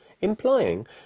implying